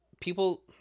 people